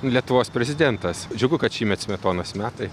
lietuvos prezidentas džiugu kad šįmet smetonos metai